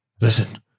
listen